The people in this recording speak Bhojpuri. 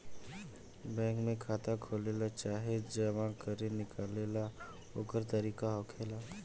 बैंक में खाता खोलेला चाहे जमा करे निकाले ला ओकर तरीका होखेला